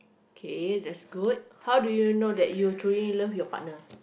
okay that's good how do you know that you truly love your partner